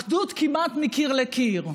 D9 על בג"ץ?